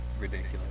ridiculous